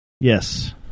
Yes